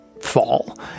fall